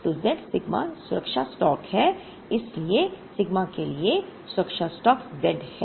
तो z sigma सुरक्षा stock है इसलिए सिग्मा के लिए सुरक्षा स्टॉक z है